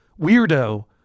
weirdo